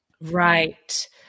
Right